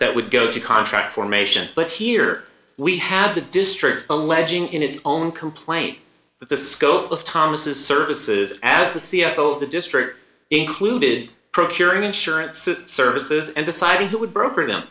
that would go to contract formation but here we have the district alleging in its own complaint that the scope of thomas services as the c f o of the district included procuring insurance services and deciding who would broker them